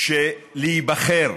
שלהיבחר